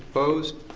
opposed.